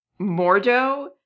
Mordo